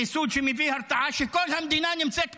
חיסול שמביא הרתעה שכל המדינה נמצאת בפניקה,